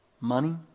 money